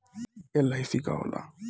LIC का होला?